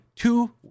Two